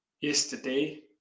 yesterday